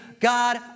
God